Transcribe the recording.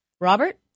Robert